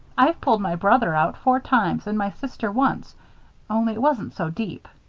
i've pulled my brother out four times and my sister once only it wasn't so deep.